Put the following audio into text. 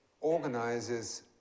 organizes